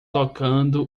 tocando